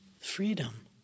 freedom